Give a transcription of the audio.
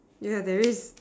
yeah there is